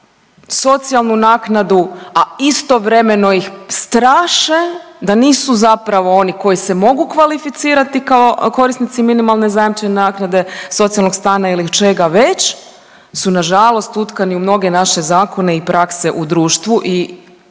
socijalnu naknadu a istovremeno ih straše da nisu zapravo oni koji se mogu kvalificirati kao korisnici minimalne zajamčene naknade socijalnog stana ili čega veće su na žalost utkani u mnoge naše zakone i prakse u društvu.